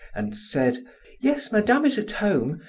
and said yes, madame is at home,